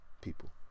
people